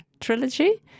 trilogy